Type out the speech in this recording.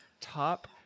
Top